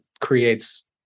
creates